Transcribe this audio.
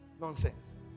nonsense